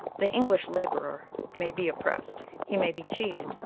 the english labourer may be oppressed, he may be cheated,